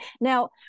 Now